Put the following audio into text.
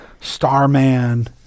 Starman